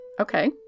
Okay